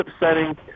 upsetting